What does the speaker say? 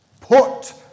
Put